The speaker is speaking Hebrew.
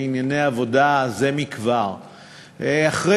להלן: החוק,